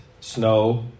snow